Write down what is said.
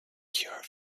cure